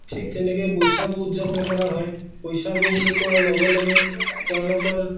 ঠিক তেনেকৈ বৈচাগু উদযাপন কৰা হয় বৈচাগু বুলি কোৱাৰ লগে লগে তেওঁলোকৰ